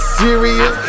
serious